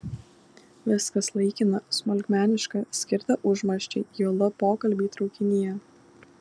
viskas laikina smulkmeniška skirta užmarščiai juolab pokalbiai traukinyje